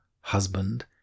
husband